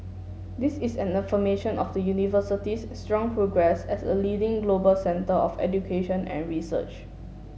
this is an affirmation of the University's strong progress as a leading global centre of education and research